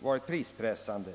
varit prispressande.